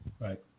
Right